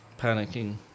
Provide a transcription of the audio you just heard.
panicking